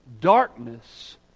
darkness